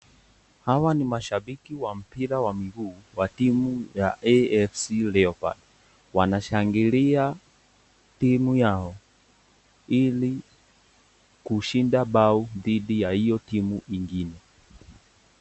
Hawa ninmashambiki wa mpira wa miguu wa timu ya AFC Leopards .Wanashangilia timu yao ili kushinda bao dhidi ya hiyo timu ingine.